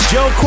Joe